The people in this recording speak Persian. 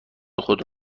خود